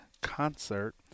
Concert